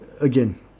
again